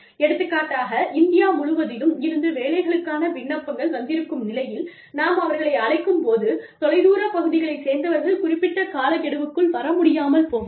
எடுத்துக்காட்டாக இந்தியா முழுவதிலும் இருந்து வேலைகளுக்கான விண்ணப்பங்கள் வந்திருக்கும் நிலையில் நாம் அவர்களை அழைக்கும் போது தொலைதூர பகுதிகளைச் சேர்ந்தவர்கள் குறிப்பிட்ட காலக்கெடுவுக்குள் வரமுடியாமல் போகலாம்